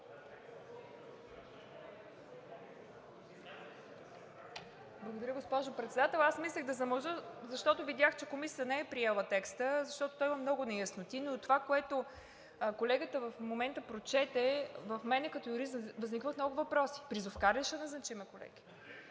Благодаря, госпожо Председател! Аз мислех да замълча, защото видях, че Комисията не е приела текста, тъй като той има много неясноти. Но това, което колегата в момента прочете, в мен като юрист възникват много въпроси. Призовкар ли ще назначим, колеги?!